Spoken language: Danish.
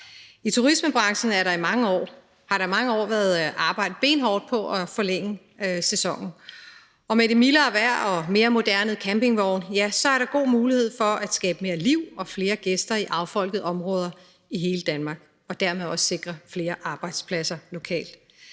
I turismebranchen har der i mange år været arbejdet benhårdt på at forlænge sæsonen, og med det mildere vejr og mere moderne campingvogne er der god mulighed for at skabe mere liv og få flere gæster i affolkede områder i hele Danmark og dermed også sikre flere arbejdspladser lokalt.